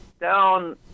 down